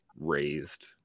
raised